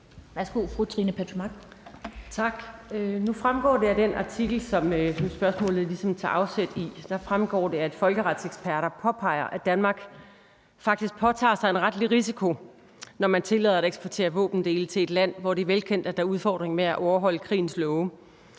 Kl. 15:10 Trine Pertou Mach (EL): Tak. Nu fremgår det af den artikel, som spørgsmålet tager afsæt i, at folkeretseksperter påpeger, at Danmark faktisk påtager sig en retlig risiko, når man tillader at eksportere våbendele til et land, hvor det er velkendt, at der er udfordringer med at overholde krigens love.